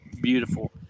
beautiful